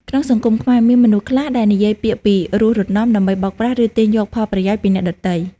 ក្នុងសង្គមខ្មែរ មានមនុស្សខ្លះដែលនិយាយពាក្យពីរោះរណ្តំ ដើម្បីបោកប្រាស់ ឬទាញយកផលប្រយោជន៍ពីអ្នកដទៃ។